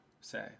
say